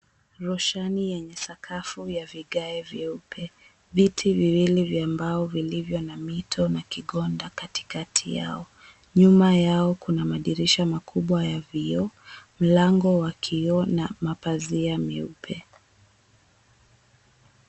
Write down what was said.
Roshani yenye sakafu ya vigae vyeupe, viti viwili vya mbao vilivyo na mito na kigoda katikati yao. Nyuma yao kuna madirisha makubwa ya vioo, mlango wa kioo na mapazia meupe.